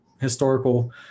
historical